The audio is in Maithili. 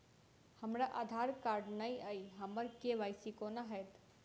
हमरा आधार कार्ड नै अई हम्मर के.वाई.सी कोना हैत?